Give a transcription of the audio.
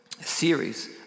series